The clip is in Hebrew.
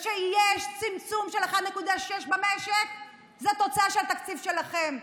זה שיש צמצום של 1.6% במשק זו תוצאה של התקציב שלכם.